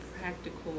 practical